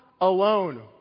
alone